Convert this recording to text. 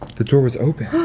the door was open